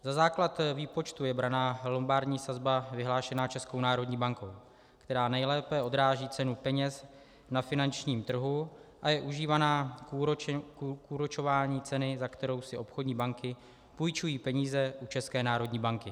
Za základ výpočtu je braná lombardní sazba vyhlášená Českou národní bankou, která nejlépe odráží cenu peněz na finančním trhu a je užívaná k úročení ceny, za kterou si obchodní banky půjčují peníze u České národní banky.